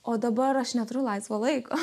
o dabar aš neturiu laisvo laiko